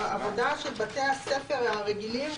העבודה של בתי הספר הרגילים,